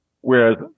Whereas